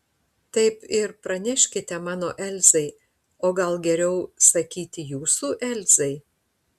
taip ir praneškite mano elzai o gal geriau sakyti jūsų elzai